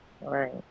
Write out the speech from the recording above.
Right